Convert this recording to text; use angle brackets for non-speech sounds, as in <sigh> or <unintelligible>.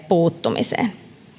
<unintelligible> puuttumisesta